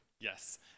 Yes